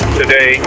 today